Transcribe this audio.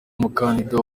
umukandida